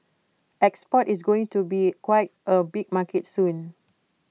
export is going to be quite A big market soon